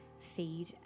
feed